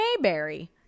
Mayberry